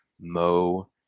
Mo